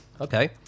Okay